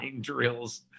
drills